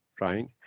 right